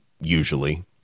usually